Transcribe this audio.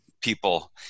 people